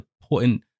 important